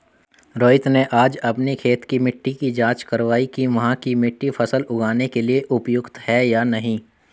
रोहित ने आज अपनी खेत की मिट्टी की जाँच कारवाई कि वहाँ की मिट्टी फसल उगाने के लिए उपयुक्त है या नहीं